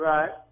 Right